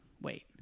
wait